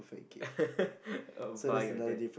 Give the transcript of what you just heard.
uh buy your dad